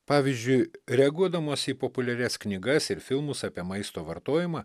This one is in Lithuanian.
pavyzdžiui reaguodamos į populiarias knygas ir filmus apie maisto vartojimą